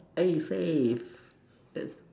eh saif err